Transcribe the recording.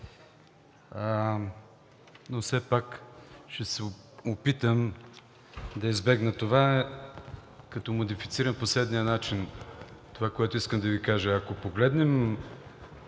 но все пак ще се опитам да избегна това, като модифицирам по следния начин това, което искам да Ви кажа. Ако погледнем